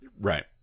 Right